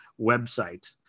website